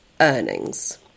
earnings